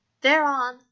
thereon